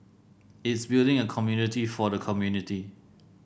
it's building a community for the community